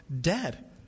dead